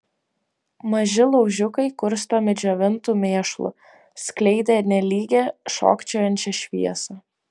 maži laužiukai kurstomi džiovintu mėšlu skleidė nelygią šokčiojančią šviesą